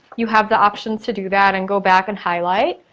you have the option to do that and go back and highlight.